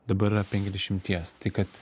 dabar yra penkiasdešimties tai kad